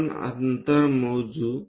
आपण अंतर मोजू